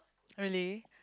really